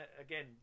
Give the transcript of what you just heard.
again